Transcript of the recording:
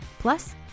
Plus